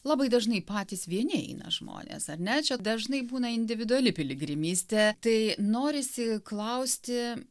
labai dažnai patys vieni eina žmonės ar ne čia dažnai būna individuali piligrimystė tai norisi klausti